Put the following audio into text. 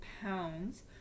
pounds